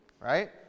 Right